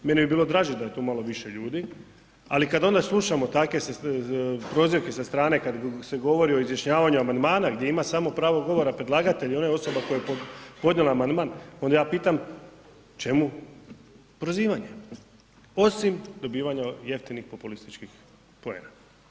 Meni bi bilo draže da je tu malo više ljudi, ali kada onda slušamo takve prozivke sa strane kada se govori o izjašnjavanju amandmana gdje ima samo pravo govora predlagatelj i ona osoba koja je podnijela amandman, onda ja pitam čemu prozivanje osim dobivanja jeftinih populističkih poena.